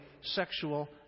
sexual